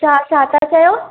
हा छा था चयो